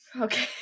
Okay